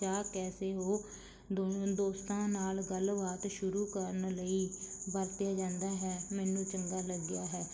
ਜਾਂ ਕੈਸੇ ਹੋ ਦੋਨੋਂ ਦੋਸਤਾਂ ਨਾਲ ਗੱਲਬਾਤ ਸ਼ੁਰੂ ਕਰਨ ਲਈ ਵਰਤਿਆ ਜਾਂਦਾ ਹੈ ਮੈਨੂੰ ਚੰਗਾ ਲੱਗਿਆ ਹੈ